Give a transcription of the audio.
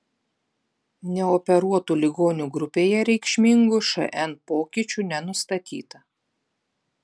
neoperuotų ligonių grupėje reikšmingų šn pokyčių nenustatyta